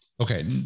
Okay